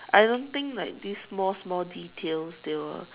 I don't think like this small small details they will